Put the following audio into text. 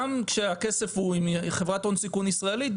גם כשהכסף הוא מחברת הון סיכון ישראלית,